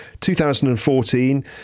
2014